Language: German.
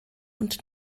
und